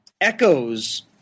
echoes